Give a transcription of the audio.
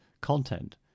content